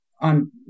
on